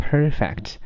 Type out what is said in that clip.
Perfect